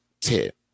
tip